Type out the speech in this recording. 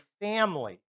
family